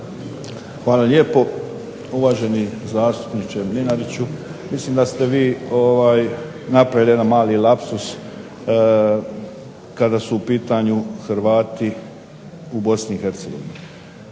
Hvala lijepo. Uvaženi zastupniče Mlinariću, mislim da se vi napravili jedan mali lapsus kada su u pitanju Hrvati u BiH.